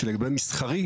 שלגבי מסחרי,